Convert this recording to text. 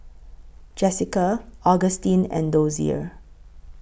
Jessika Augustine and Dozier